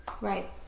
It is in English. right